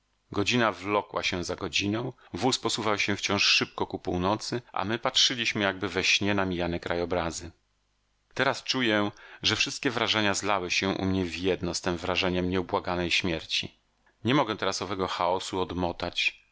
godzina wlokła się za godziną wóz posuwał się wciąż szybko ku północy a my patrzyliśmy jakby we śnie na mijane krajobrazy teraz czuję że wszystkie wrażenia zlały się u mnie w jedno z tem wrażeniem nieubłaganej śmierci nie mogę teraz owego chaosu odmotać